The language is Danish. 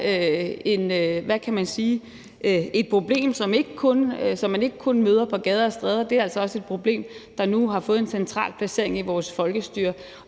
et problem, som man ikke kun møder på gader og stræder; det er altså også et problem, der nu har fået en central placering i vores folkestyre.